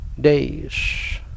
days